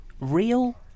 Real